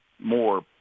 more